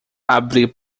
abrir